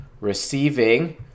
receiving